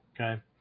okay